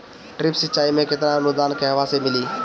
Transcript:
Drip सिंचाई मे केतना अनुदान कहवा से मिली?